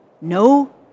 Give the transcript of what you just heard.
No